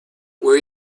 where